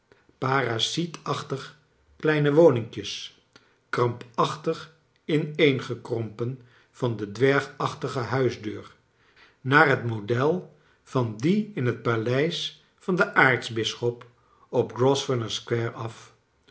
parasiet achtig kleine woninkjes krampachtig ineengekrompen van de dwergachtige huisdeur naar het model van die in het paleis van den aartsbisschop op grosvernor square af